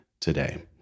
today